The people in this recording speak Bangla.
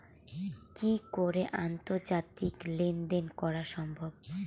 কি করে আন্তর্জাতিক লেনদেন করা সম্ভব?